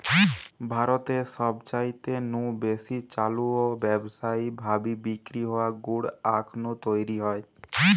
ভারতে সবচাইতে নু বেশি চালু ও ব্যাবসায়ী ভাবি বিক্রি হওয়া গুড় আখ নু তৈরি হয়